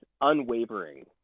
unwavering